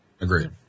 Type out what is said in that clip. agreed